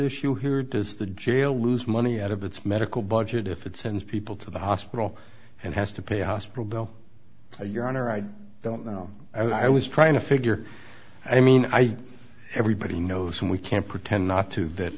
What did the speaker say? issue here or does the jail lose money out of its medical budget if it sends people to the hospital and has to pay a hospital bill your honor i don't know i was i was trying to figure i mean i everybody knows when we can pretend not to that